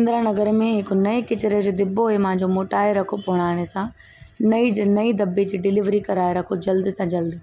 इंद्रा नगर में हिकु नए कचिरे जो दिॿो हीउ मुंहिंजो मोटाए रखो पुराणे सां नईं नईं दॿे जी डिलीवरी कराए रखो जल्द सां जल्द